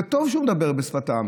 זה טוב שהוא מדבר בשפתו.